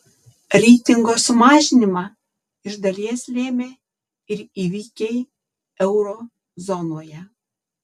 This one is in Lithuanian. reitingo sumažinimą iš dalies lėmė ir įvykiai euro zonoje